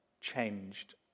changed